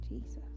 Jesus